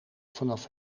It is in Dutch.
vanaf